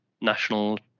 national